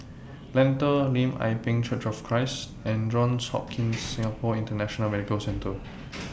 Lentor Lim Ah Pin Church of Christ and Johns Hopkins Singapore International Medical Centre